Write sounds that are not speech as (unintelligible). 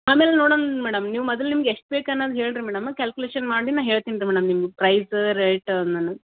ಆಮೇಲೆ ನೋಡೋಣ ಮೇಡಮ್ ನೀವು ಮೊದ್ಲ್ ನಿಮ್ಗೆ ಎಷ್ಟು ಬೇಕು ಅನ್ನೋದ್ ಹೇಳಿ ರೀ ಮೇಡಮ್ ಕ್ಯಾಲ್ಕ್ಯುಲೇಷನ್ ಮಾಡಿ ನಾ ಹೇಳ್ತೀನಿ ರೀ ಮೇಡಮ್ ನಿಮ್ಗೆ ಪ್ರೈಜ್ ರೈಟ್ (unintelligible)